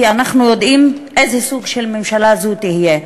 כי אנחנו יודעים איזה סוג של ממשלה זו תהיה,